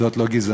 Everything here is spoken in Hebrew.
זאת לא גזענות?